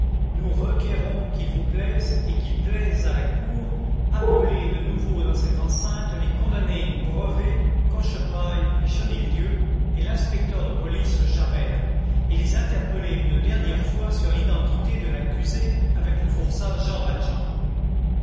prévenons nous requérons qu'il vous plaise et qu'il plaise à la cour appeler de nouveau dans cette enceinte les condamnés brevet cochepaille et chenildieu et l'inspecteur de police javert et les interpeller une dernière fois sur l'identité de l'accusé avec le forçat jean valjean